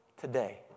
today